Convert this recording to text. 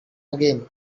again